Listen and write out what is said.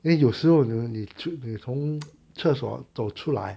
有时候你准备从厕所走出来 ah